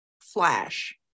flash